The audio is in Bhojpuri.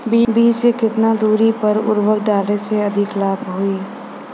बीज के केतना दूरी पर उर्वरक डाले से अधिक लाभ होई?